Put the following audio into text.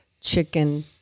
chicken